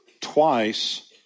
twice